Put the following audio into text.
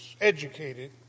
educated